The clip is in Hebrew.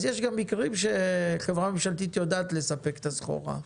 יש גם מקרים שחברה ממשלתית יודעת לספק את הסחורה.